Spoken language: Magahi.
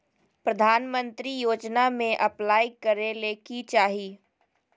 प्रधानमंत्री योजना में अप्लाई करें ले की चाही?